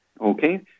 Okay